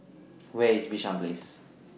Where IS Bishan Place